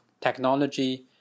technology